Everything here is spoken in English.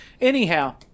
anyhow